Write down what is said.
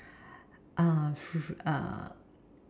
uh f~